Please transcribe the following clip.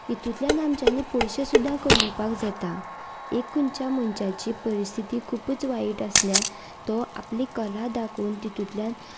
हातूंतल्यान आमच्यानी पयशे सुद्दां कमोवपाक जाता एक खंयच्या मनशाची परिस्थिती खुपच वायट आसल्यार तो आपली कला दाखोवन तातूंतल्यान